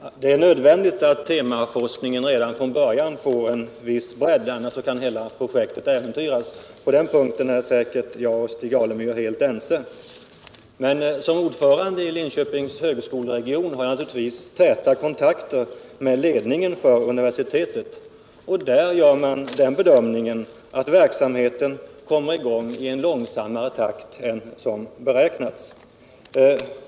Herr talman! Det är nödvändigt att temaforskningen redan från början får Onsdagen den en viss bredd. Annars kan hela projektet äventyras. På den punkten är säkert 24 maj 1978 Jag och Stig Alemyr helt ense. Som ordförande i Linköpings högskoleregion har jag naturligtvis täta kontakter med ledningen för universitetet. Där gör man den bedömningen att verksamheten kommer i gång i långsammare takt än beräknat.